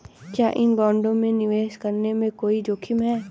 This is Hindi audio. क्या इन बॉन्डों में निवेश करने में कोई जोखिम है?